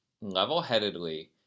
level-headedly